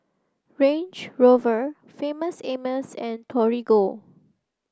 Range Rover Famous Amos and Torigo